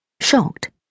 Shocked